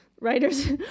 writers